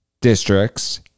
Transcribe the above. districts